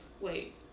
wait